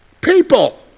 People